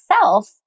self